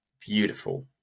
beautiful